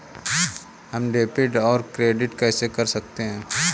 हम डेबिटऔर क्रेडिट कैसे कर सकते हैं?